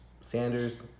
Sanders